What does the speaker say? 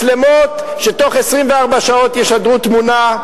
מצלמות שבתוך 24 שעות ישדרו תמונה,